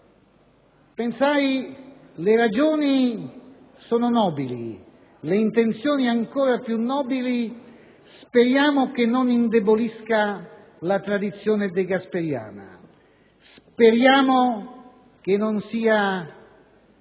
pensò: le ragioni sono nobili, le intenzioni ancora più nobili, speriamo che non indebolisca la tradizione degasperiana, speriamo che non sia